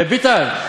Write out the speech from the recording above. ביטן,